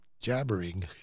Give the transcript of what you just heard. jabbering